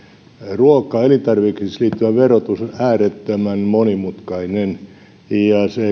ruokaan elintarvikkeisiin liittyvä verotus on äärettömän monimutkainen ja se